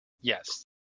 Yes